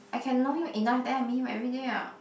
I can know him enough then I meet him everyday ah